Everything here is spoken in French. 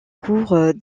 cours